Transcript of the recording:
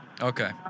okay